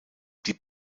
die